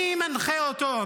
מי מנחה אותו?